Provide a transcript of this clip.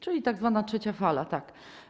czyli tzw. trzeciej fali, tak.